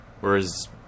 whereas